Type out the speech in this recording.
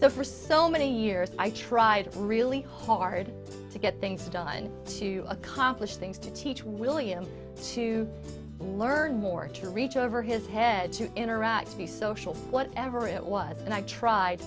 so for so many years i tried really hard to get things done to accomplish things to teach william to learn more to reach over his head to interact to be social whatever it was and i tried